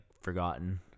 forgotten